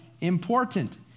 important